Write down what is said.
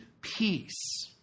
peace